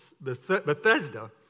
Bethesda